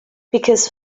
because